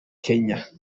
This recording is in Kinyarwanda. kenya